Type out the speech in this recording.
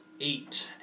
eight